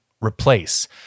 replace